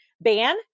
ban